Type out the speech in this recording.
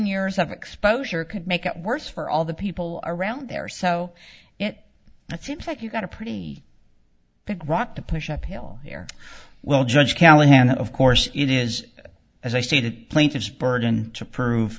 years of exposure could make it worse for all the people around there so it seems like you've got a pretty big rock to push uphill here well judge callahan of course it is as i stated plaintiff's burden to prove